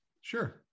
Sure